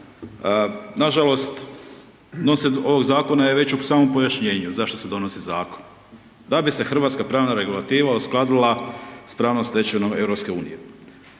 ovog zakona je u samom pojašnjenju zašto se donosi zakon. Da bi se hrvatska pravna regulativa uskladila s pravnom stečenom EU.